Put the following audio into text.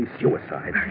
suicide